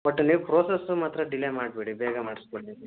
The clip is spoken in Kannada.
ಬಟ್ ನೀವು ಪ್ರೋಸಸ್ ಮಾತ್ರ ಡಿಲೇ ಮಾಡಬೇಡಿ ಬೇಗ ಮಾಡಿಸ್ಕೊಡಿ